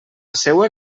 seua